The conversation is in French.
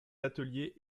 ateliers